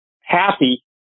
happy